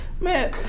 man